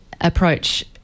approach